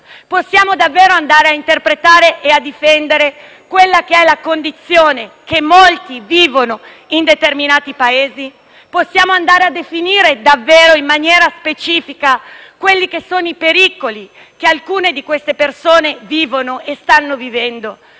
possiamo davvero andare a interpretare e a difendere la condizione che molti immigrati vivono in determinati Paesi? Possiamo andare a definire davvero in maniera specifica i pericoli che alcune di queste persone vivono e stanno vivendo?